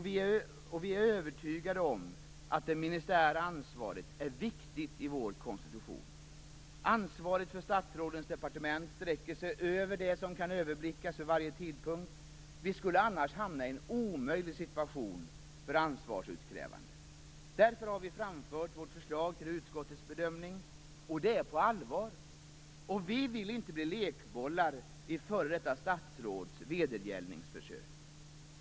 Vi är övertygade om att det ministära ansvaret är viktigt i vår konstitution. Ansvaret för statsrådens departement sträcker sig utöver det som kan överblickas vid varje tidpunkt. Vi skulle annars hamna i en omöjlig situation för ansvarsutkrävande. Detta har vi framfört i vårt förslag till utskottets bedömning. Det är på allvar. Vi vill inte bli lekbollar i f.d. statsråds vedergällningsförsök.